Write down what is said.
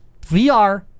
VR